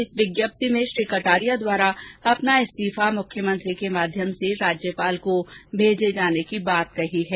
इस विज्ञप्ति में कटारिया द्वारा अपना इस्तीफा मुख्यमंत्री के माध्यम से राज्यपाल को भेजे जाने की बात कही गई है